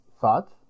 thought